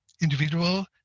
individual